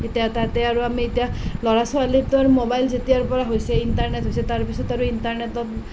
এতিয়া তাতে আৰু আমি এতিয়া ল'ৰা ছোৱালীকতো আৰু ম'বাইল যেতিয়াৰ পৰা হৈছে ইণ্টাৰনেট হৈছে তাৰ পিছত আৰু ইণ্টাৰনেটত